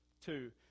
Two